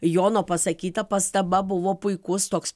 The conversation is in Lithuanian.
jono pasakyta pastaba buvo puikus toks